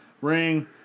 Ring